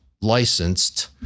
licensed